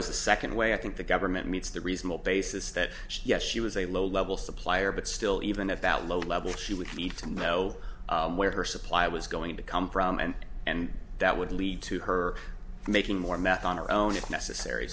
was the second way i think the government meets the reasonable basis that yes she was a low level supplier but still even if that low level she would need to know where her supply was going to come from and and that would lead to her making more meth on her own if necessary